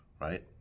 right